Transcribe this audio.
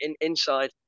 inside